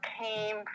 came